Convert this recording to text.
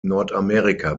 nordamerika